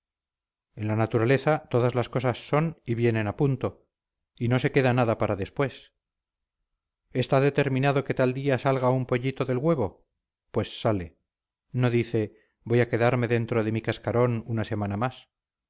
en la naturaleza todas las cosas son y vienen a punto y no se queda nada para después está determinado que tal día salga un pollito del huevo pues sale no dice voy a quedarme dentro de mi cascarón una semana más